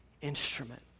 instrument